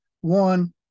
one